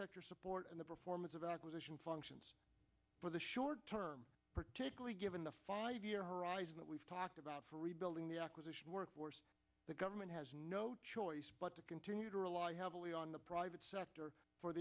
sector support and the performance of acquisition functions for the short term particularly given the five year horizon that we've talked about for rebuilding the acquisition workforce the government has no choice but to continue to rely heavily on the private sector for